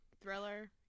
Thriller